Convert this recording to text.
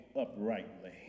Uprightly